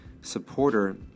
supporter